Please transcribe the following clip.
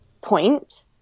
point